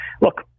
Look